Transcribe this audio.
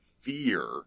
fear